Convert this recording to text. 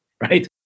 right